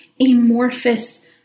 amorphous